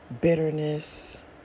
bitterness